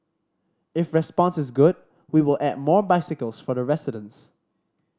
if response is good we will add more bicycles for the residents